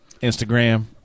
Instagram